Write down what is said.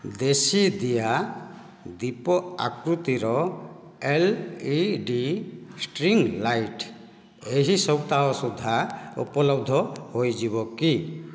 ଦେଶୀ ଦିଆ ଦ୍ୱୀପ ଆକୃତିର L E D string light ଏହି ସପ୍ତାହ ସୁଦ୍ଧା ଉପଲବ୍ଧ ହୋଇଯିବ କି